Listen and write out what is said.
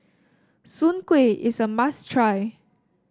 Soon Kway is a must try